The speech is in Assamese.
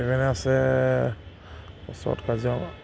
সেইকাৰণে আছে ওচৰত কাজিৰঙা